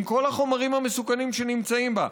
עם כל החומרים המסוכנים שנמצאים בה,